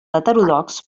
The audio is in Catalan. heterodox